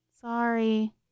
Sorry